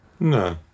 no